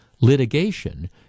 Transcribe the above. litigation